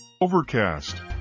Overcast